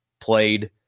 played